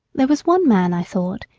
there was one man, i thought,